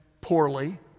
poorly